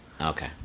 Okay